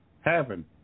heaven